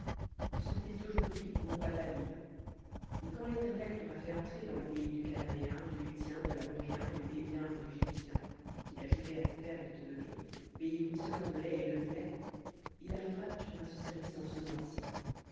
vous sortez aujourd'hui au mois dabib et quand l'éternel t'aura fait entrer dans le pays du cananéen du héthien de l'amoréen du hévien et du jébusien qu'il a juré à tes pères de te donner pays ruisselant de lait et de miel il arrivera que tu feras ce service en ce mois-ci